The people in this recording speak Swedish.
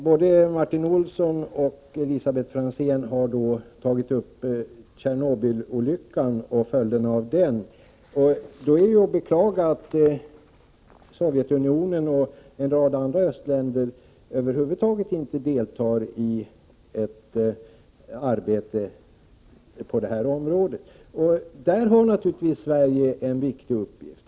Både Martin Olsson och Elisabet Franzén har nämnt Tjernobylolyckan och följderna av denna. Men här är att beklaga att Sovjetunionen och en rad andra östländer inte deltar i något arbete över huvud taget på detta område. Där har Sverige naturligtvis en viktig uppgift.